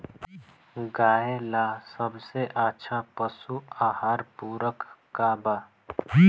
गाय ला सबसे अच्छा पशु आहार पूरक का बा?